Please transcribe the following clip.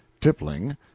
tippling